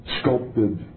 sculpted